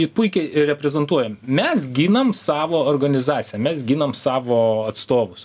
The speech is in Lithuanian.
ji puikiai reprezentuoja mes ginam savo organizaciją mes ginam savo atstovus